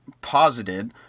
posited